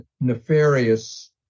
nefarious